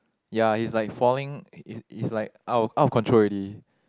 ya he's like falling he's he's like out of out of control already